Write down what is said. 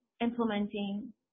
implementing